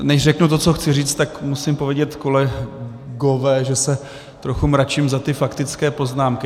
Než řeknu to, co chci říct, tak musím povědět, kolegové, že se trochu mračím za ty faktické poznámky.